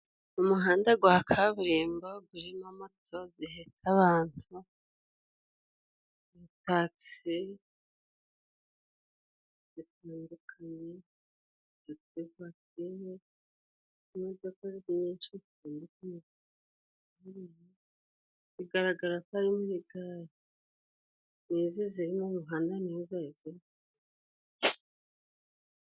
Umuhanda wa kaburimbo urimo moto zihetse abantu, taxi zitandukanye, taxi vuwatire, imodoka nyinshi zitandukanye. Bigaragara ko ari muri gare, n'izi ziri mu muhanda niho zari ziri.